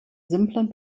simplen